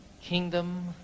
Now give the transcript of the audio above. kingdom